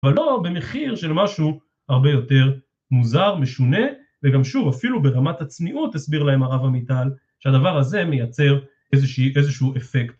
אבל לא במחיר של משהו הרבה יותר מוזר, משונה וגם שוב, אפילו ברמת הצניעות, הסביר להם הרב המיטל שהדבר הזה מייצר איזשהו אפקט.